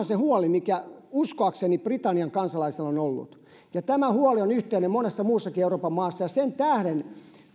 se huoli mikä uskoakseni britannian kansalaisilla on ollut ja tämä huoli on yhteinen monessa muussakin euroopan maassa ja sen tähden